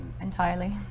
entirely